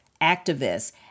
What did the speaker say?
activists